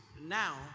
now